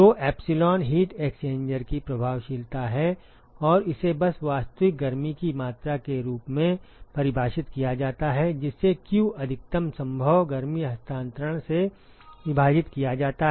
तो epsilon heat exchanger की प्रभावशीलता है और इसे बस वास्तविक गर्मी की मात्रा के रूप में परिभाषित किया जाता है जिसे q अधिकतम संभव गर्मी हस्तांतरण से विभाजित किया जाता है